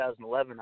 2011